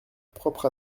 propre